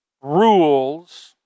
rules